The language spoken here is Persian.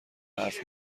حرف